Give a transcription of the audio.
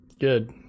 Good